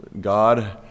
God